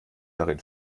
darin